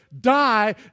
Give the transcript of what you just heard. die